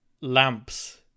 Lamps